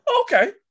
okay